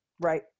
Right